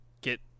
get